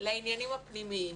לעניינים הפנימיים,